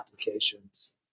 applications